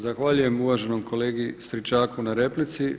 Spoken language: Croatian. Zahvaljujem uvaženom kolegi Stričaku na replici.